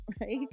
right